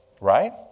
Right